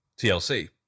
TLC